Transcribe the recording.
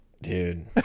Dude